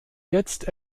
jetzt